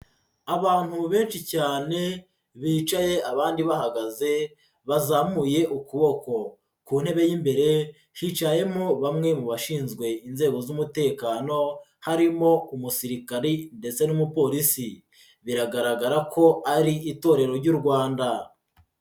Abantu benshi cyane bicaye abandi bahagaze bazamuye ukuboko, ku ntebe y'imbere hicayemo bamwe mu bashinzwe inzego z'umutekano, harimo umusirikari ndetse n'umupolisi, biragaragara ko ari itorero ry'u Rwanda.